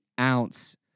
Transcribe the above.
ounce